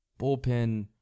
bullpen